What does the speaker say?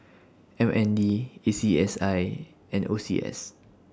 M N D A C S I and O C S